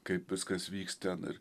kaip viskas vyks ten ir